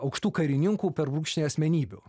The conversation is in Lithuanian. aukštų karininkų per brūkšnį asmenybių